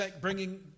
bringing